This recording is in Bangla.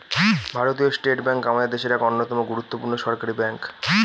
ভারতীয় স্টেট ব্যাঙ্ক আমাদের দেশের এক অন্যতম গুরুত্বপূর্ণ সরকারি ব্যাঙ্ক